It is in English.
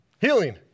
Healing